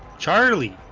charlie